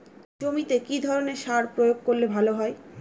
জমিতে কি ধরনের সার প্রয়োগ করলে ভালো হয়?